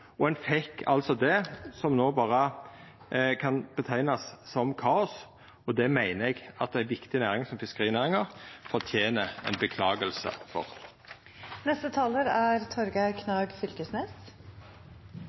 og ein fekk det som no berre kan beskrivast som kaos. Det meiner eg at ei viktig næring som fiskerinæringa fortener ei unnskyldning for. Det er